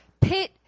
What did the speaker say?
pit